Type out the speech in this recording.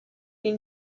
این